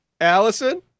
allison